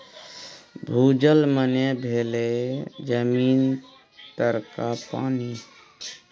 भूजल मने भेलै जमीन तरका पानि